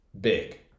big